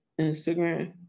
Instagram